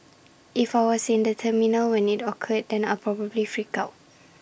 if I was in the terminal when IT occurred then I'll probably freak out